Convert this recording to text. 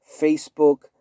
Facebook